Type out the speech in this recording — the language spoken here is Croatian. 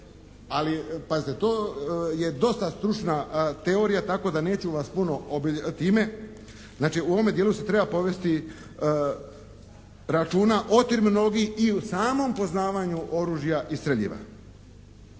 Ali pazite to je dosta stručna teorija tako da neću vas puno time, znači u ovome dijelu se treba povesti računa o terminologiji i o samom poznavanju oružja i streljiva.